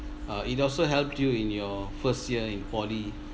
uh it also helped you in your first year in poly